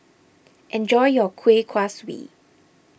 enjoy your Kueh Kaswi